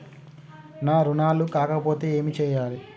నా రుణాలు కాకపోతే ఏమి చేయాలి?